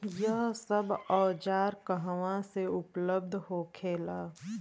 यह सब औजार कहवा से उपलब्ध होखेला?